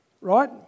Right